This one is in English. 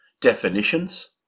definitions